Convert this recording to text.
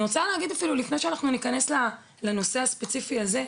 אני רוצה להגיד אפילו לפני שאנחנו ניכנס לנושא הספציפי הזה,